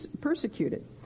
persecuted